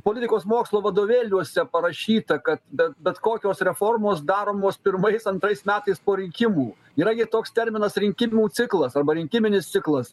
politikos mokslo vadovėliuose parašyta kad bet bet kokios reformos daromos pirmais antrais metais po rinkimų yra gi toks terminas rinkimų ciklas arba rinkiminis ciklas